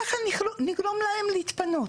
ככה נגרום להם להתפנות.